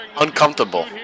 uncomfortable